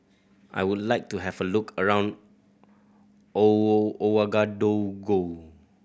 I would like to have a look around Ouagadougou